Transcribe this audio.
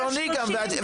זה לא 47. זה הגיוני גם.